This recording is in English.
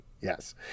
Yes